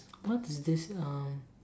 what is this um